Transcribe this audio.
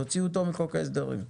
תוציאו אותו מחוק ההסדרים.